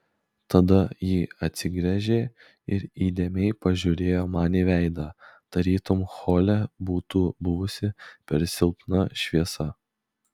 tada ji atsigręžė ir įdėmiai pažiūrėjo man į veidą tarytum hole būtų buvusi per silpna šviesa